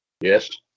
Yes